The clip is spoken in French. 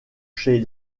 chez